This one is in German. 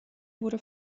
wurde